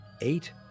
eight